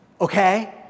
Okay